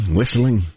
whistling